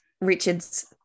Richard's